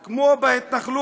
זה כסף שהן כולן מקבלות,